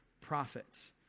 prophets